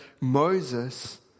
Moses